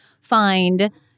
find